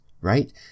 right